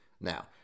now